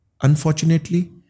Unfortunately